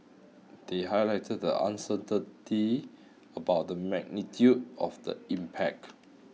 they highlighted the uncertainty about the magnitude of the impact